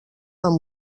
amb